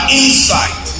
insight